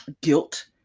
guilt